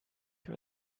you